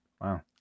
Wow